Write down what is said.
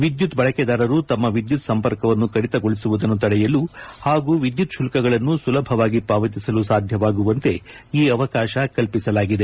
ವಿದ್ಯುತ್ ಬಳಕೆದಾರರು ತಮ್ಮ ವಿದ್ಯುತ್ ಸಂಪರ್ಕವನ್ನು ಕಡಿತಗೊಳಿಸುವುದನ್ನು ತಡೆಯಲು ಹಾಗೂ ವಿದ್ಯುತ್ ಶುಲ್ಕಗಳನ್ನು ಸುಲಭವಾಗಿ ಪಾವತಿಸಲು ಸಾಧ್ಯವಾಗುವಂತೆ ಈ ಅವಕಾಶ ಕಲ್ಪಿಸಲಾಗಿದೆ